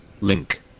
link